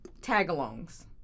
tagalongs